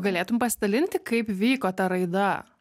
galėtum pasidalinti kaip vyko ta raida